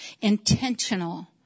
intentional